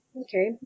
Okay